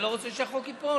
אני לא רוצה שהחוק ייפול.